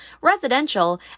residential